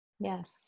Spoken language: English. yes